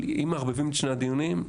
אבל אם מערבבים את שני הדיונים,